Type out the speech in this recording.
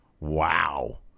wow